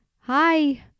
Hi